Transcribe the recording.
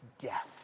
death